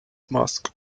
mosque